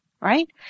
right